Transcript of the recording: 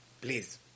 Please